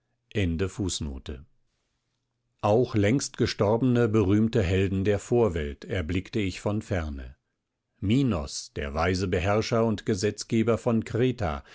auch längst gestorbene berühmte helden der vorwelt erblickte ich von ferne minos der weise beherrscher und gesetzgeber von kreta